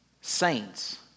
saints